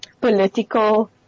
political